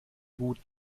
gut